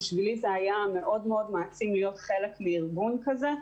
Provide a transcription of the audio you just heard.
ועבורי זה היה מאוד מאוד מעצים להיות חלק מארגון כזה.